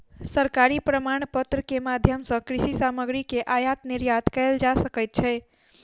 सरकारी प्रमाणपत्र के माध्यम सॅ कृषि सामग्री के आयात निर्यात कयल जा सकै छै